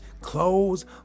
clothes